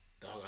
Dog